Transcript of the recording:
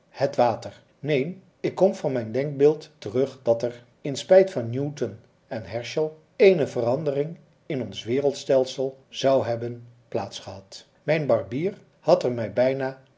het water neen ik kom van mijn denkbeeld terug dat er in spijt van newton en herschel eene verandering in ons wereldstelsel zou hebben plaats gehad mijn barbier had er mij bijna